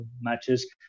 matches